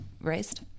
raised